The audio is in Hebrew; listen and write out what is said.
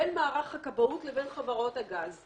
בין מערך הכבאות לבין חברות הגז.